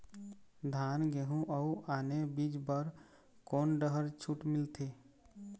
धान गेहूं अऊ आने बीज बर कोन डहर छूट मिलथे?